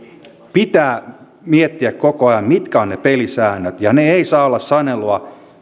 pitää miettiä koko ajan mitkä ovat ne pelisäännöt ja ne eivät saa olla sanelua